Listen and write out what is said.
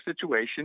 situation